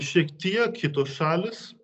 šiek tiek kitos šalys